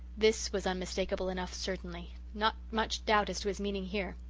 this was unmistakable enough certainly not much doubt as to his meaning here.